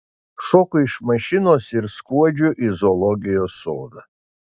šoku iš mašinos ir skuodžiu į zoologijos sodą